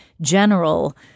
general